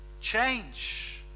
change